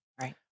Right